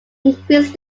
increased